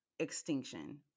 Extinction